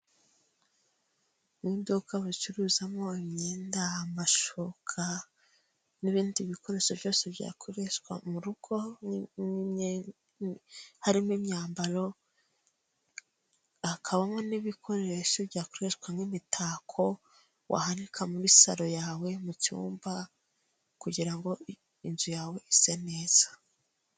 Mu iduka bacuruzamo imyenda, amashuka, n'ibindi bikoresho byose byakoreshwa mu rugo, harimo imyambaro, hakabamo n'ibikoresho byakoreshwa nk'imitako wahanika muri saro yawe, mu cyumba, kugira ngo inzu yawe ise neza.